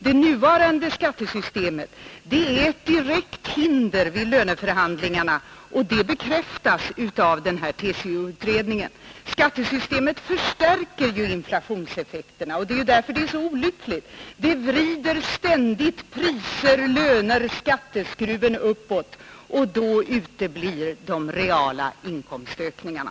Det nuvarande skattesystemet är ett direkt hinder vid löneförhandlingarna, och det bekräftas av den här TCO-utredningen. Skattesystemet förstärker ju inflationseffekterna, och det är därför det är så olyckligt. Det vrider ständigt pris-, löneoch skatteskruven uppåt, och då uteblir de reala inkomstökningarna.